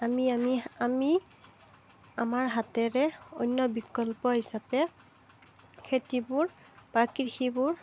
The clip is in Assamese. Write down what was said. আমি আমি আমি আমাৰ হাতেৰে অন্য বিকল্প হিচাপে খেতিবোৰ বা কৃষিবোৰ